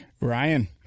Ryan